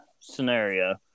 scenario